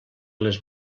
les